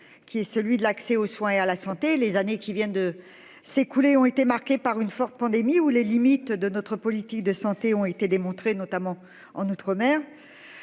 qui est celui de l'accès aux soins et à la santé, les années qui viennent de s'écouler ont été marqués par une forte pandémie où les limites de notre politique de santé ont été démontré notamment en outre-mer.